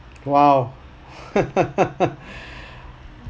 !wow!